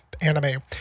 anime